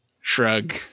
shrug